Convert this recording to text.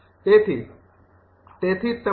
તેથી તેથી જ તમારુ